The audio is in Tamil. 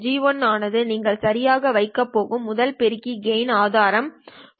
G1 ஆனது நீங்கள் சரியாக வைக்கப் போகும் முதல் பெருக்கி கெய்ன் ஆதாயம் குறிக்கிறது